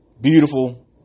beautiful